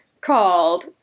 called